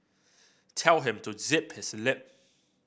tell him to zip his lip